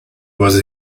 was